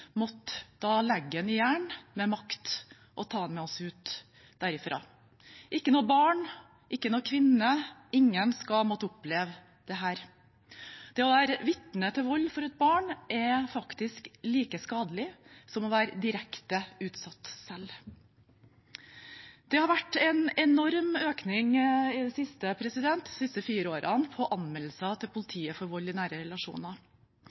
måtte da legge ham i jern med makt og ta ham med oss ut derfra. Ikke noe barn, ikke noen kvinne – ingen skal måtte oppleve dette. For et barn er det å være vitne til vold faktisk like skadelig som å være direkte utsatt selv. Det har de siste fire årene vært en enorm økning i